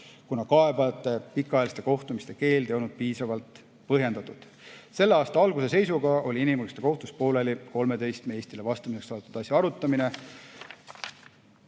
kuna kaebajate pikaajaliste kohtumiste keeld ei olnud piisavalt põhjendatud. Selle aasta alguse seisuga oli inimõiguste kohtus pooleli 13 Eestile vastamiseks saadetud asja arutamine.